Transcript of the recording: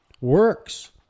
works